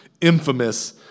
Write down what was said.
infamous